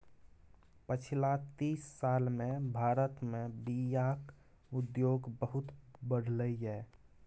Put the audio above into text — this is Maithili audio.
पछिला तीस साल मे भारत मे बीयाक उद्योग बहुत बढ़लै यै